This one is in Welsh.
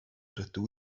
rydw